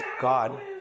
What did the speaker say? God